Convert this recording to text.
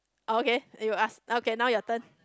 okay you ask okay now your turn